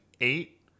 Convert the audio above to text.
eight